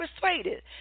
persuaded